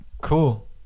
cool